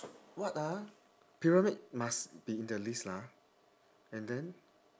what ah pyramid must be in the list lah and then